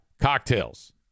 cocktails